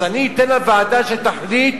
אז אני אתן לוועדה שתחליט,